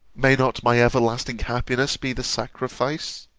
may not my everlasting happiness be the sacrifice?